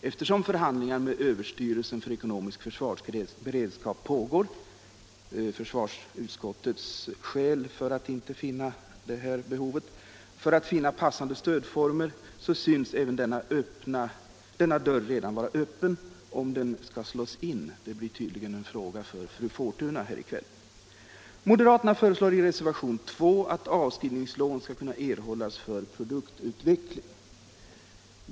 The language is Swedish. Eftersom förhandlingar med överstyrelsen för ekonomiskt försvar pågår för att förena passande stödformer syns även denna dörr redan vara öppen — om den skall slås in blir tydligen en fråga för fru Fortuna. Moderaterna föreslår i reservationen 2 att avskrivningslån skall kunna erhållas för produktutveckling.